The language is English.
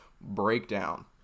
Breakdown